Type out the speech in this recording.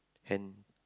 hand